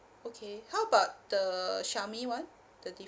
okay how about the xiaomi one the